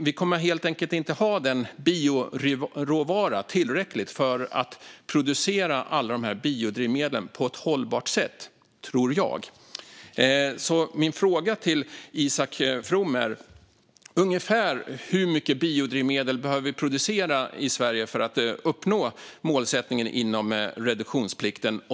Vi kommer helt enkelt inte att ha tillräckligt med bioråvara för att producera alla de här biodrivmedlen på ett hållbart sätt - tror jag. Min fråga till Isak From är därför: Ungefär hur mycket biodrivmedel behöver vi producera i Sverige för att uppnå målsättningen inom reduktionsplikten?